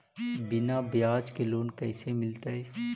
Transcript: बिना ब्याज के लोन कैसे मिलतै?